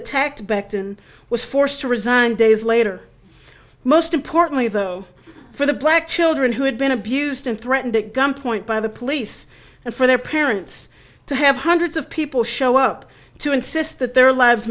attacked becton was forced to resign days later most importantly though for the black children who had been abused and threatened at gunpoint by the police and for their parents to have hundreds of people show up to insist that their lives